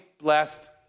blessed